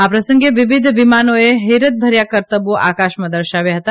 આ પ્રસંગે વિવિધ વિમાનોએ હેરતભર્થા કરતબો આકાશમાં દર્શાવ્યા હતા